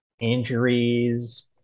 Injuries